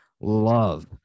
love